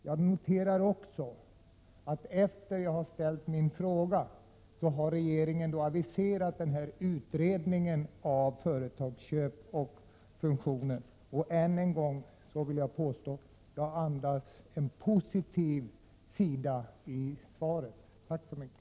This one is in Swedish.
Jag noterar att efter det att jag hade ställt min fråga har regeringen aviserat den i svaret nämnda utredningen av företagsköp och fusioner. Än en gång vill jag påstå att jag finner en positiv sida i svaret. Tack så mycket!